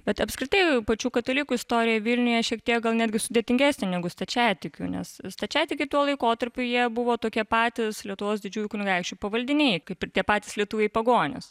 bet apskritai pačių katalikų istorija vilniuje šiek tiek gal netgi sudėtingesnė negu stačiatikių nes stačiatikiai tuo laikotarpiu jie buvo tokie patys lietuvos didžiųjų kunigaikščių pavaldiniai kaip ir tie patys lietuviai pagonys